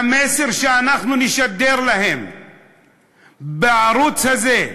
המסר שאנחנו נשדר להם בערוץ הזה,